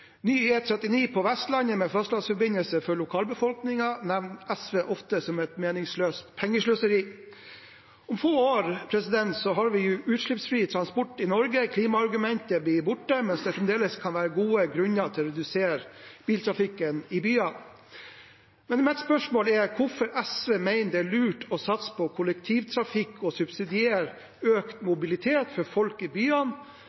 Ny E39 på Vestlandet, med fastlandsforbindelse for lokalbefolkningen, nevner SV ofte som et meningsløst pengesløseri. Om få år har vi utslippsfri transport i Norge. Klimaargumentet blir borte, men det kan fremdeles være gode grunner til å redusere biltrafikken i byene. Mitt spørsmål er: Hvorfor mener SV det er lurt å satse på kollektivtrafikk og subsidiere økt mobilitet for folk i byene,